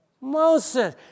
Moses